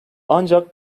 ancak